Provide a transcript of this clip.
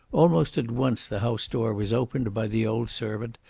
almost at once the house door was opened by the old servant,